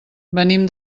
venim